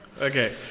Okay